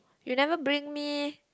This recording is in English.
you never bring me